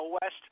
West